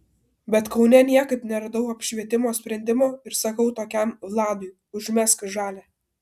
bet kaune niekaip neradau apšvietimo sprendimo ir sakau tokiam vladui užmesk žalią